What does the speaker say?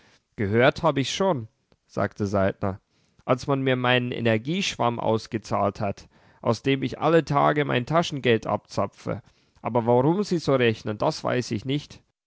gehört hab ich's schon sagte saltner als man mir meinen energieschwamm ausgezahlt hat aus dem ich alle tage mein taschengeld abzapfe aber warum sie so rechnen das weiß ich nicht